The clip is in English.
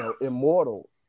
immortal